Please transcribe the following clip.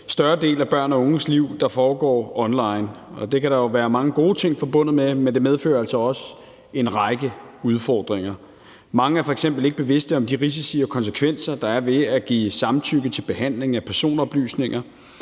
større del af børns og unges liv, der foregår online. Det kan der jo være mange gode ting forbundet med, men det medfører altså også en række udfordringer. Mange er f.eks. ikke bevidste om de risici og konsekvenser, der er ved at give samtykke til behandling af personoplysninger,